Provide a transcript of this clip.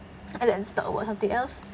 and then talk about something else